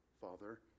Father